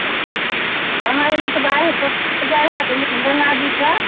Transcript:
अहाँ एने तऽ बाढि जाइ होयत एने गंगा जीके